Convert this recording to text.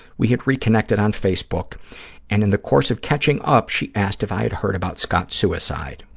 we had reconnected on facebook and, in the course of catching up, she asked if i had heard about scott's suicide.